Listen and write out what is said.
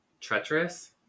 treacherous